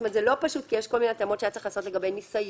שזה לא פשוט כי יש כל מיני התאמות שאמרנו שהיה צריך לעשות לגבי ניסיון,